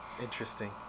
Interesting